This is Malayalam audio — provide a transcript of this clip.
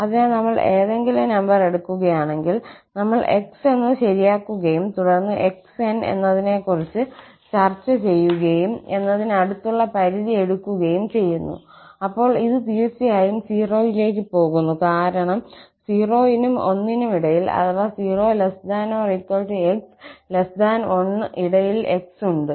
അതിനാൽ നമ്മൾ ഏതെങ്കിലും നമ്പർ എടുക്കുകയാണെങ്കിൽ നമ്മൾ x എന്ന് ശരിയാക്കുകയും തുടർന്ന് xn എന്നതിനെക്കുറിച്ച് ചർച്ച ചെയ്യുകയും ∞ എന്നതിനടുത്തുള്ള പരിധി എടുക്കുകയും ചെയ്യുന്നു അപ്പോൾ ഇത് തീർച്ചയായും 0 ലേക്ക് പോകുന്നു കാരണം 0 നും 1 നും ഇടയിൽ അഥവാ 0≤x1 ഇടയിൽ x ഉണ്ട്